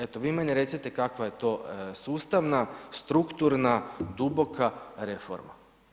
Eto, vi meni recite kakva je to sustavna strukturna duboka reforma.